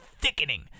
thickening